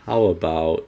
how about